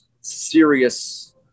serious